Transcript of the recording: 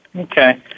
Okay